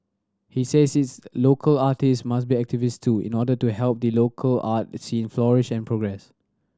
he says is local artist must be activist too in order to help the local art scene flourish and progress